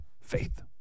Faith